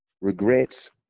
regrets